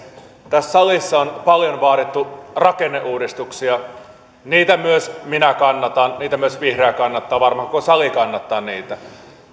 tässä salissa on paljon vaadittu rakenneuudistuksia niitä myös minä kannatan niitä myös vihreät kannattavat ja varmaan koko sali kannattaa niitä